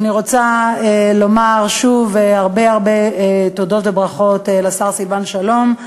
אז אני רוצה לומר שוב הרבה תודות וברכות לשר סילבן שלום.